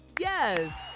Yes